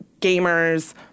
gamers